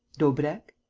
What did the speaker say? daubrecq?